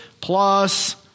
plus